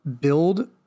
build